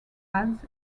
ads